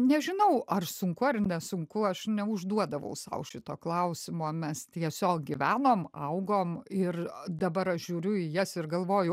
nežinau ar sunku ar nesunku aš neužduodavau sau šito klausimo mes tiesiog gyvenom augom ir dabar aš žiūriu į jas ir galvoju